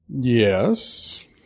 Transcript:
Yes